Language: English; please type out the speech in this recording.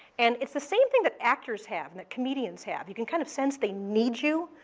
and it's the same thing that actors have and that comedians have. you can kind of sense they need you,